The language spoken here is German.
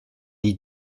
die